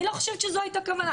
אני לא חושבת שזאת היתה הכוונה,